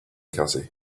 cassie